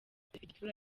perefegitura